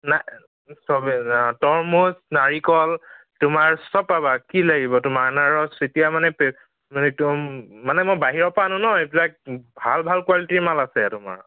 না তৰমুজ নাৰিকল তোমাৰ চব পাবা কি লাগিব তোমাৰ আনাৰস এতিয়া মানে একদম মানে মই বাহিৰৰ পৰা আনোঁ ন এইবিলাক ভাল ভাল কোৱালিটিৰ মাল আছে তোমাৰ